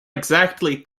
exactly